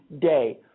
Day